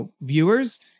viewers